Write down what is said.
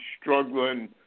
struggling